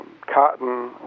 cotton